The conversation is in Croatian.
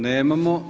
Nemamo.